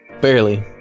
Barely